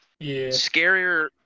scarier